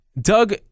Doug